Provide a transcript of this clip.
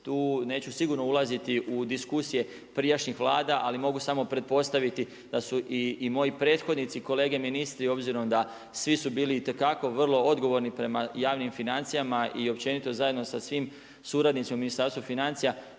Tu neću sigurno ulaziti u diskusije prijašnjih Vlada, ali mogu samo pretpostaviti da su i moji prethodnici, kolege ministri, obzirom da svi su bili itekako vrlo odgovorni prema javnim financijama i općenito zajedno sa svim suradnicima u Ministarstvu financija,